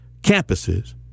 campuses